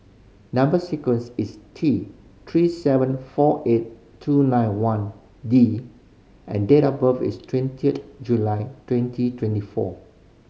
number sequence is T Three seven four eight two nine one D and date of birth is twentieth July twenty twenty four